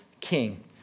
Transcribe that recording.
King